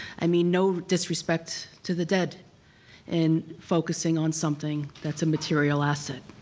i mean no disrespect to the dead in focusing on something that's a material asset.